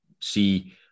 see